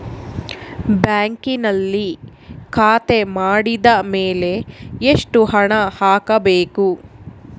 ಬ್ಯಾಂಕಿನಲ್ಲಿ ಖಾತೆ ಮಾಡಿದ ಮೇಲೆ ಎಷ್ಟು ಹಣ ಹಾಕಬೇಕು?